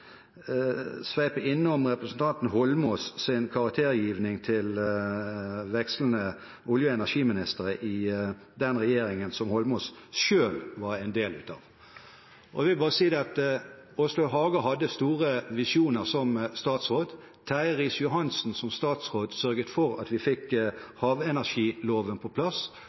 innom representanten Eidsvoll Holmås’ karaktergiving til vekslende olje- og energiministre i den regjeringen som Eidsvoll Holmås selv var en del av. Åslaug Haga hadde store visjoner som statsråd, Terje Riis-Johansen som statsråd sørget for at vi fikk havenergiloven på plass,